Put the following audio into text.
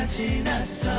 p that's